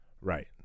right